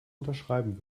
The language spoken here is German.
unterschreiben